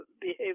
behave